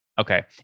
okay